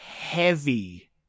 heavy